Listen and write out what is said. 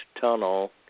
Tunnel